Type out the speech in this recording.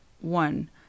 one